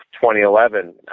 2011